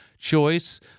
choice